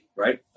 Right